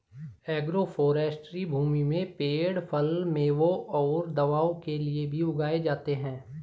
agroforestry भूमि में पेड़ फल, मेवों और दवाओं के लिए भी उगाए जाते है